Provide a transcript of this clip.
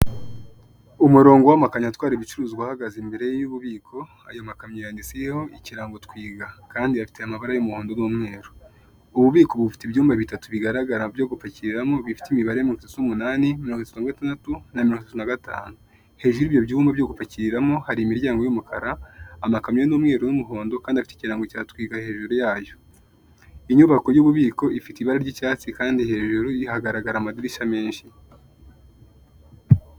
Umurongo w'amakamyo atwara ibicuruzwa uhagaze imbere yu'ububiko, ayo makamyo yandisiho ikirango twiga kandi afite amabara y'umuhondo n'umweru, ububiko bufite ibyumba bitatu bigaragara byo gupakimo bifite imibare mirongo itatu n'umunani mirongo itatu n'agatandatu na mirongo itatu nagatanu, hejuru y'ibyo byumba byo gupakimo hari imiryango yumukara amakamyo n'umweru w'umuhondo kandi afite ikirango cyatwiga hejuru yayo, inyubako y'ububiko ifite ibara ry'icyatsi kandi hejuru ihagaragara amadirishya menshi.